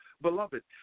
beloved